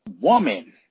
woman